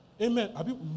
Amen